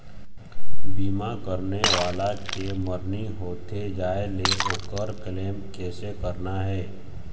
बीमा करने वाला के मरनी होथे जाय ले, ओकर क्लेम कैसे करना हे?